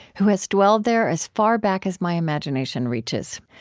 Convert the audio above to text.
who has dwelled there as far back as my imagination reaches.